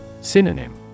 Synonym